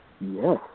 Yes